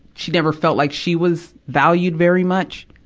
she never felt like she was valued very much.